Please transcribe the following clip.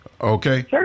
Okay